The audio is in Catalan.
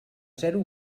zero